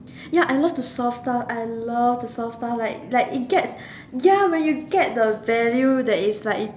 ya I love the soft toy I love the soft toy like like it get ya when you get the value that is like